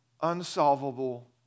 unsolvable